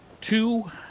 two